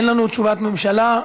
אין לנו תשובת הממשלה.